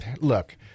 look